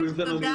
תודה